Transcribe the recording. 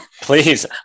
please